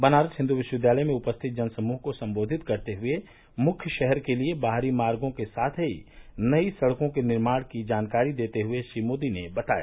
बनारस हिन्दू विश्वविद्यालय में उपस्थित जनसमूह को संबोधित करते हुए मुख्य शहर के लिए बाहरी मार्गो के साथ ही नई सड़कों का निर्माण की जानकारी देते हुए श्री मोदी ने बताया